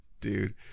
dude